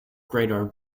greater